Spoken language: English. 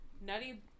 Nutty